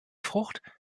frucht